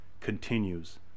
continues